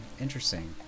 interesting